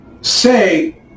say